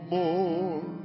more